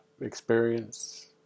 experience